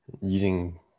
using